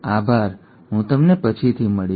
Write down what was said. આભાર અને હું તમને પછીથી મળીશું